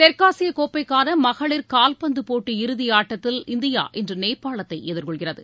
தெற்காசிய கோப்பைக்கான மகளிர் கால்பந்து போட்டி இறுதி ஆட்டத்தில் இந்தியா இன்று நேபாளத்தை எதிர்கொள்கிறது